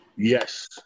Yes